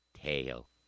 tail